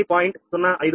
05j 0